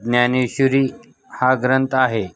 ज्ञानेश्वरी हा ग्रंथ आहे